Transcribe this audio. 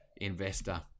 investor